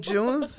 June